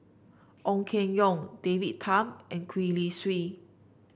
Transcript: Ong Keng Yong David Tham and Gwee Li Sui